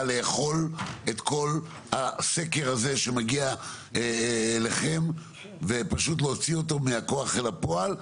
לאכול את כל הסקר הזה שמגיע אליכם ופשוט להוציא אותו מהכוח אל הפועל,